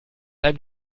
einem